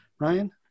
Ryan